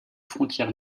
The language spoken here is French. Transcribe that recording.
frontière